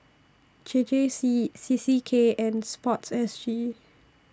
J J C C C K and Sport S G